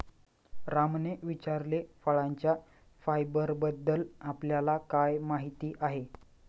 रामने विचारले, फळांच्या फायबरबद्दल आपल्याला काय माहिती आहे?